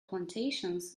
plantations